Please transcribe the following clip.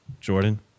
Jordan